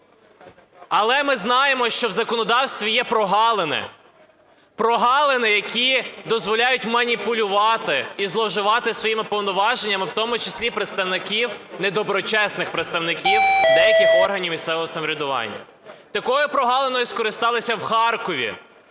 Але ми знаємо, що в законодавстві є прогалини, прогалини, які дозволяють маніпулювати і зловживати своїми повноваженнями, в тому числі представників, недоброчесних представників деяких органів місцевого самоврядування. Такою прогалиною скористалися в Харкові,